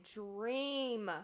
dream